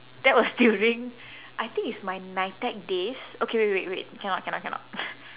that was during I think it's my nitec days okay wait wait wait cannot cannot cannot